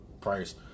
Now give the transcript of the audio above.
price